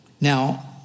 Now